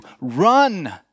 run